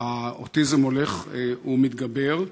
מספר האוטיסטים הולך ומתגבר.